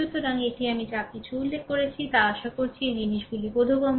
সুতরাং এটি আমি যা কিছু উল্লেখ করেছি তা আশা করি এই জিনিসগুলি বোধগম্য